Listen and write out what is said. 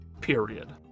period